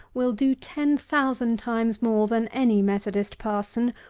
will do ten thousand times more than any methodist parson,